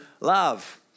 love